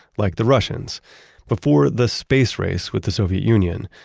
like the russians before the space race with the soviet union,